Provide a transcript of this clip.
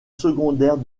secondaire